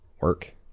work